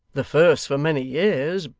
the first for many years,